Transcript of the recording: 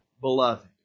beloved